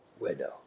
widow